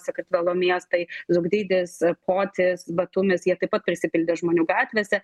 sakartvelo miestai zugdidis potis batumis jie taip pat prisipildė žmonių gatvėse